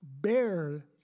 bear